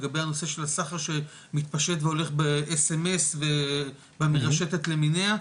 לגבי הנושא של הסחר שמתפשט והולך ב- SMS ובמרשתת למיניה,